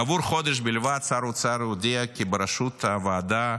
כעבור חודש בלבד, שר האוצר הודיע כי בראשות הוועדה